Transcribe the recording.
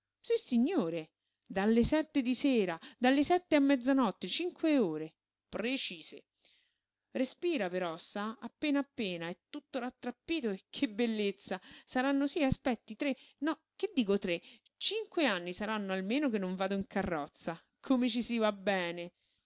sentito sissignore dalle sette di sera dalle sette a mezzanotte cinque ore precise respira però sa appena appena è tutto rattrappito e che bellezza saranno sí aspetti tre no che dico tre cinque anni saranno almeno che non vado in carrozza come ci si va bene